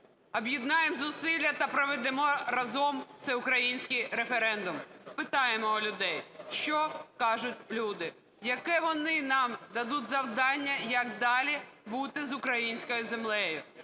Об'єднаємо зусилля та проведемо разом всеукраїнський референдум. Спитаємо у людей, що кажуть люди, яке вони нам дадуть завдання, як далі бути з українською землею.